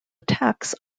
attacks